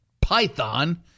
python